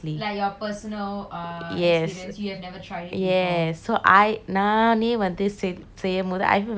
yes yes so I நானே வந்து செய் செய்யும்போது:naane vanthu sei seiyumpothu I feel very happy about it like